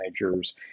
managers